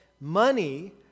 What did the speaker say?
money